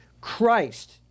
Christ